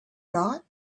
thought